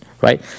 right